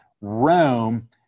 Rome